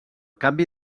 canvi